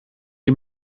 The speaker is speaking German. die